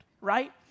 right